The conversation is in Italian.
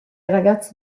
ragazzi